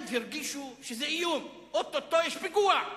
מייד הרגישו שזה איום, או-טו-טו יש פיגוע,